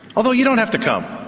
although you don't have to come.